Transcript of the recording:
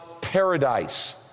paradise